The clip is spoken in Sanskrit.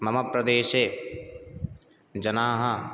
मम प्रदेशे जनाः